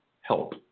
HELP